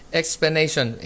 explanation